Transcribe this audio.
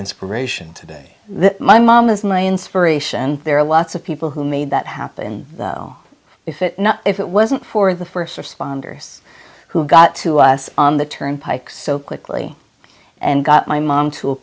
inspiration today my mom is my inspiration there are lots of people who made that happen if it not if it wasn't for the first responders who got to us on the turnpike so quickly and got my mom to a